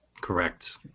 Correct